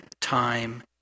time